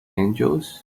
angels